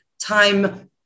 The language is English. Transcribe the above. time